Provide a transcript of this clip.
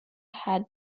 had